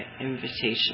invitation